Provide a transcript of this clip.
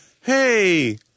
hey